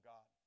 God